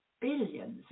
billions